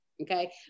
okay